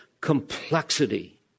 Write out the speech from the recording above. complexity